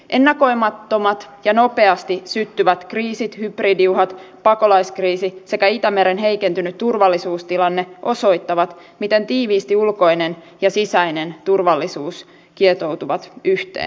ennakoimattomat ja nopeasti syttyvät kriisit hybridiuhat pakolaiskriisi sekä itämeren heikentynyt turvallisuustilanne osoittavat miten tiiviisti ulkoinen ja sisäinen turvallisuus kietoutuvat yhteen